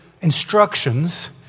instructions